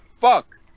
Fuck